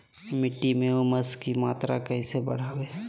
मिट्टी में ऊमस की मात्रा कैसे बदाबे?